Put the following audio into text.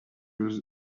was